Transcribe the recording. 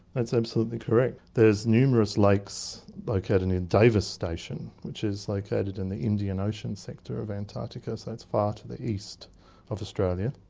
that's absolutely correct. there's numerous lakes located and in davis station which is located in the indian ocean sector of antarctica, so it's far to the east of australia,